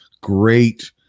great